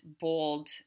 bold